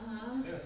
(uh huh)